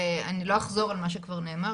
אני לא אחזור על מה שכבר נאמר,